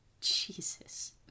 Jesus